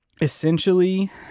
Essentially